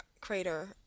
Crater